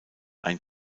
ein